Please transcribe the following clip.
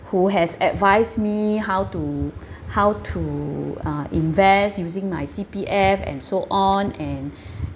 who has advised me how to how to uh invest using my C_P_F and so on and